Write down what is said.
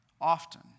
often